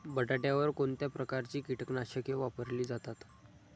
बटाट्यावर कोणत्या प्रकारची कीटकनाशके वापरली जातात?